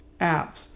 apps